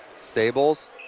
Stables